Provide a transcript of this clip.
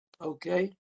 okay